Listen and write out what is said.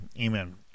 Amen